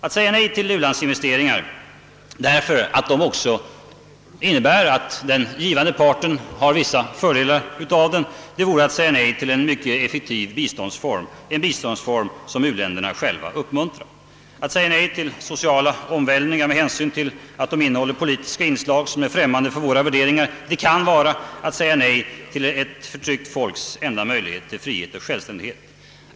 Alt säga nej till u-landsinvesteringar därför att de också innebär att den givande parten har vissa fördelar av den, vore att säga nej till en mycket effektiv biståndsform som u-länderna själva uppmuntrar. Att säga nej till sociala omvälvningar för att de innehåller politiska inslag som är främmande för våra värderingar kan vara att säga nej till ett förtryckt folks enda möjlighet till frihet och självständighet.